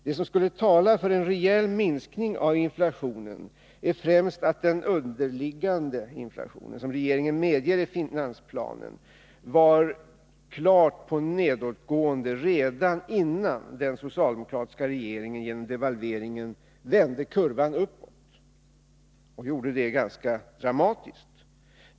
Det som skulle tala för en rejäl minskning av inflationen är främst att den underliggande inflationen, som regeringen medger i finansplanen, var klart på nedåtgående innan den socialdemokratiska regeringen genom devalveringen vände kurvan uppåt — och gjorde det ganska dramatiskt.